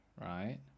right